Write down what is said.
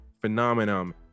phenomenon